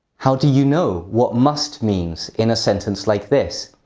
how do you know what must means in a sentence like this?